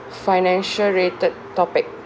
financial rated topic